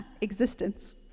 existence